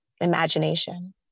imagination